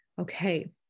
okay